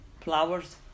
flowers